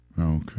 Okay